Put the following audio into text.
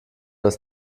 das